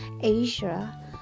Asia